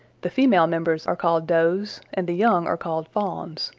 the female members are called does, and the young are called fawns.